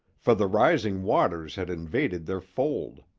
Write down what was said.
for the rising waters had invaded their fold.